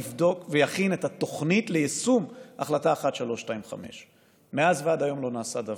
יבדוק ויכין את התוכנית ליישום החלטה 1325. מאז ועד היום לא נעשה דבר.